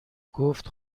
گفتم